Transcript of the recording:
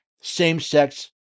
same-sex